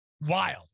wild